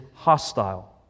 Hostile